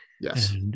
Yes